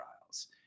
trials